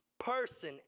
person